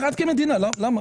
למה?